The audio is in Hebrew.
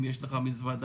אם יש לך מזוודה,